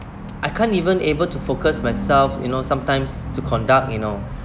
I can't even able to focus myself you know sometimes to conduct you know